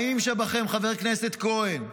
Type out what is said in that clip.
אל האחראיים שבכם, חבר הכנסת כהן,